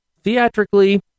theatrically